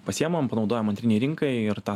pasiemam panaudojam antrinei rinkai ir tą